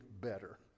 better